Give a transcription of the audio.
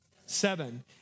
Seven